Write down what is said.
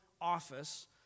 office